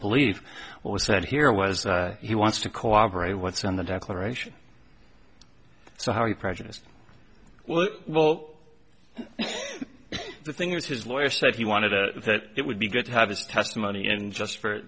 believe what was said here was he wants to cooperate what's on the declaration so how you prejudice well well the thing is his lawyer said he wanted to that it would be good to have his testimony and just for